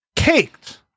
Caked